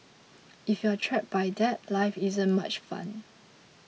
if you are trapped by that life isn't much fun